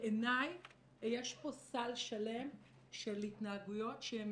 בעיניי יש פה סל שלם של התנהגויות שהן